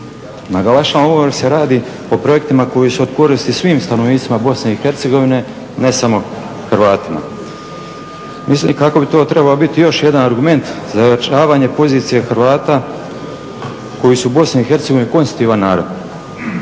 Naglašavam ovo se radi po projektima koji su od koristima svim stanovnicima BiH, ne samo Hrvatima. Mislim kako bi to trebalo biti još jedan argument za ojačavanje pozicije Hrvata koji su u BiH konstitutivan narod,